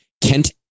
Kent